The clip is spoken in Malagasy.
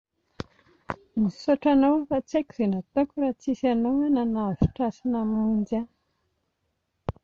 Misaotra anao fa tsy haiko izay nataoko raha tsisy anao aho nanavotra ahy sy namonjy ahy